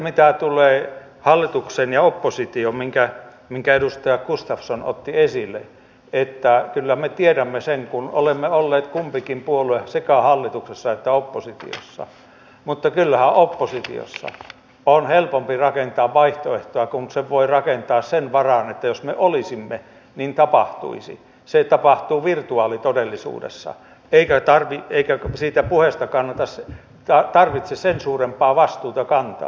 mitä tulee hallitukseen ja oppositioon siihen minkä edustaja gustafsson otti esille kyllä me tiedämme sen kun olemme olleet kumpikin puolue sekä hallituksessa että oppositiossa että kyllähän oppositiossa on helpompi rakentaa vaihtoehtoa kun sen voi rakentaa sen varaan että jos me olisimme niin tapahtuisi se tapahtuu virtuaalitodellisuudessa eikä siitä puheesta tarvitse sen suurempaa vastuuta kantaa